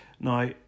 now